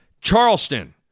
Charleston